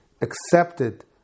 accepted